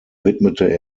widmete